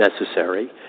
necessary